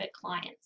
clients